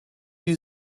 you